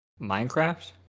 minecraft